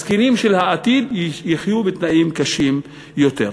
הזקנים של העתיד יחיו בתנאים קשים עוד יותר.